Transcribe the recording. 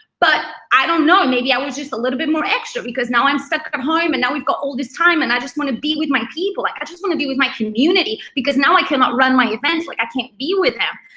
but i don't know, maybe i was just a little bit more extra, because now i'm stuck at home. and now we've got all this time and i just wanna be with my people. like i just wanna be with my community because now i cannot run my events like i can't be with them.